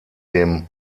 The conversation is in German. dem